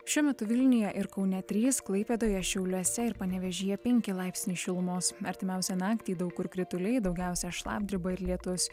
šiuo metu vilniuje ir kaune trys klaipėdoje šiauliuose ir panevėžyje penki laipsniai šilumos artimiausią naktį daug kur krituliai daugiausia šlapdriba ir lietus